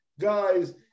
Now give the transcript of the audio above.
guys